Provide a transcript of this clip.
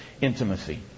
intimacy